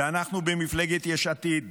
ואנחנו במפלגת יש עתיד